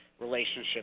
relationship